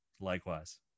likewise